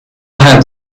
have